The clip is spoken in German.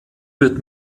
wird